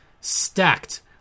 stacked